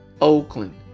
Oakland